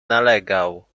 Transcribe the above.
nalegał